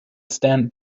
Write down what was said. stand